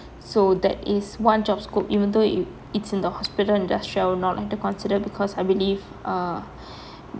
so that is one job scope even though if it's in the hospital industry not to consider because I believe uh